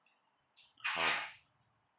how